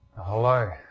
Hello